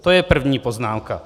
To je první poznámka.